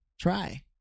try